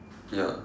ya